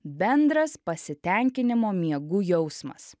bendras pasitenkinimo miegu jausmas